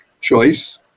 Choice